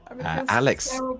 Alex